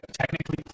Technically